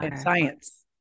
science